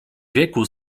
wieku